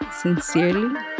sincerely